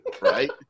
Right